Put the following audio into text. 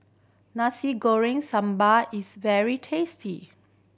Nasi Goreng Sambal is very tasty